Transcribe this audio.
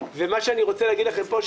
מה שאני רוצה להגיד לכם פה,